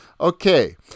Okay